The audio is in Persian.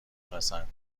پسند